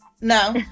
No